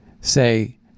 say